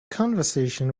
conversation